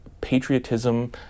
patriotism